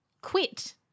quit